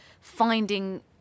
finding